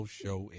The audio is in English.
show